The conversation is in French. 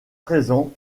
présent